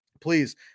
please